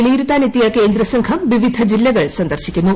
വിലയിരുത്താനെത്തിയ കേന്ദ്ര സംഘം വിവിധ ജില്ലകൾ സന്ദർശിക്കുന്നു